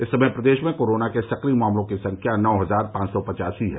इस समय प्रदेश में कोरोना के सक्रिय मामलों की संख्या नौ हजार पांच सौ पच्चासी है